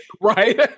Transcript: Right